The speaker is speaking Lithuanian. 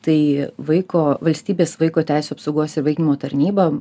tai vaiko valstybės vaiko teisių apsaugos ir įvaikinimo tarnyba